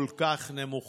העם, והיא גם מאמינה